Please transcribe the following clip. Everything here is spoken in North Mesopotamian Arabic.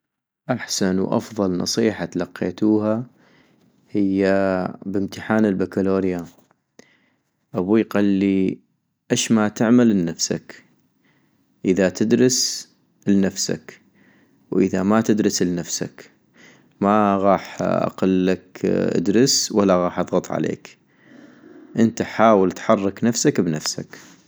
احسن وأفضل نصيحة تلقيتوها هي بامتحان البكلوريا ، أبوي قلي اش ما تعمل لنفسك ، اذا تدرس لنفسك واذا ما تدرس لنفسك، ما غاح اقلك أدرس ولا غاح اضغط عليك ، انت حاول تحرك نفسك بنفسك